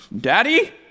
Daddy